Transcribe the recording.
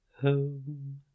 home